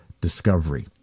discovery